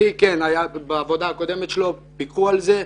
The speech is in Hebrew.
אחי היה בעבודה הקודמת שלו עם רתמות, פיקחו על זה,